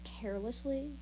carelessly